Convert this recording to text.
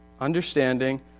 understanding